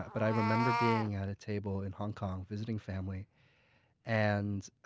but i remember being at a table in hong kong visiting family and